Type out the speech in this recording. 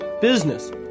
business